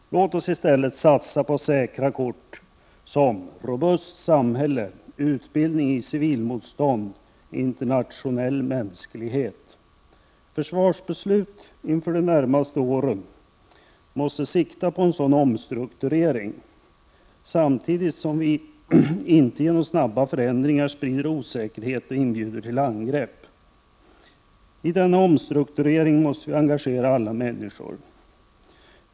Låt oss i stället satsa på säkra kort som —- robust samhälle, —- utbildning i civilmotstånd och — internationell mänsklighet. Försvarsbeslut inför de närmaste åren måste sikta på en sådan omstrukturering samtidigt som vi inte genom snabba förändringar sprider osäkerhet och inbjuder till angrepp. I denna omstrukturering måste vi engagera alla människor.